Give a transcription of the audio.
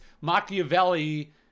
Machiavelli